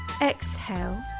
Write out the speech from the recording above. Exhale